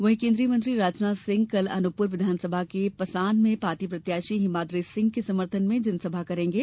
वहीं केन्द्रीय मंत्री राजनाथ सिंह कल अनूपपुर विधानसभा के पसान में पार्टी प्रत्याशी हिमाद्री सिंह के समर्थन में जनसभा को संबोधित करेंगे